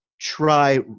try